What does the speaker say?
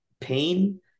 pain